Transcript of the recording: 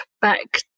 back